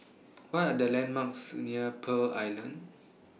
What Are The landmarks near Pearl Island